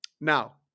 Now